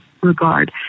regard